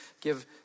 give